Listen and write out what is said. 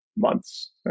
Months